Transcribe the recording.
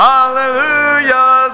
Hallelujah